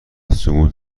سقوط